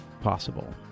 possible